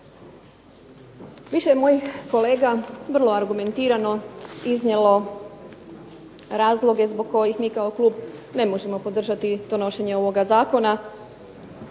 Više je mojih kolega vrlo argumentirano iznijelo razloge zbog kojih mi kao klub ne možemo podržati donošenje ovoga zakona.